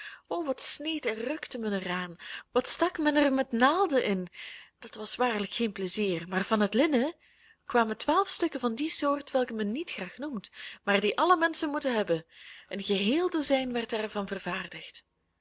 o wat sneed en rukte men er aan wat stak men er met naalden in dat was waarlijk geen plezier maar van het linnen kwamen twaalf stukken van die soort welke men niet graag noemt maar die alle menschen moeten hebben een geheel dozijn werd daarvan vervaardigd